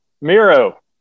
Miro